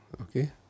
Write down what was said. Okay